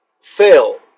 fail